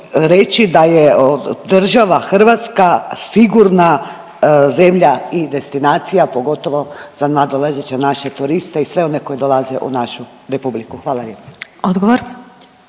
da je država hrvatska sigurna zemlja i destinacija, pogotovo za nadolazeće naše turiste i sve one koji dolaze u našu republiku, hvala lijepo.